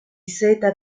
seta